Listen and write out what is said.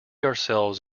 ourselves